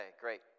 great